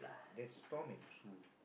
that's Tom and Sue